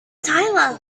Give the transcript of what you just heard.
tyler